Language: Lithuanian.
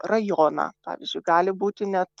rajoną pavyzdžiui gali būti net